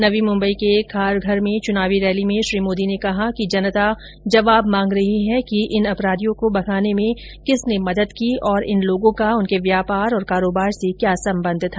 नवी मुम्बई के खारघर में चुनावी रैली में श्री मोदी ने कहा जनता जवाब मांग रही है कि इन अपराधियों को भगाने में किसने मदद की और इन लोगों का उनके व्यापार और कारोबार से क्या संबंध था